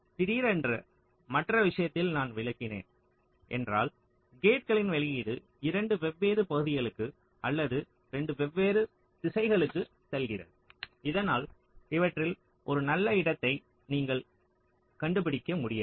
திடீரென்று மற்ற விஷயத்தில் நான் விளக்கினேன் என்றால் கேட்களின் வெளியீடு 2 வெவ்வேறு பகுதிகளுக்கு அல்லது 2 வெவ்வேறு திசைகளுக்குச் செல்கிறது இதனால் இவற்றில் ஒரு நல்ல இடத்தை நீங்கள் கண்டுபிடிக்க முடியாது